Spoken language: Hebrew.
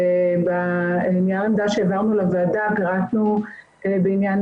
בנייר העמדה שהעברנו לוועדה פירטנו בעניין